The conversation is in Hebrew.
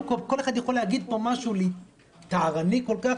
כאילו כל אחד יכול להגיד פה משהו טהרני כל כך,